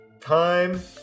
Time